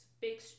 big